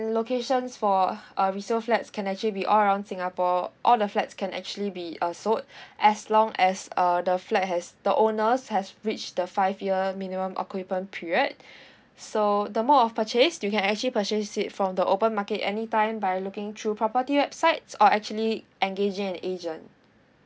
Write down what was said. locations for uh uh resale flats can actually be all around singapore all the flats can actually be uh sold as long as err the flat has the owners has reach the five year minimum occupant period so the mode of purchase you can actually purchase it from the open market any time by looking through property websites or actually engaging an agent